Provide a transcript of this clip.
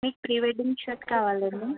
మీకు pre wedding shoot కావాలా అండి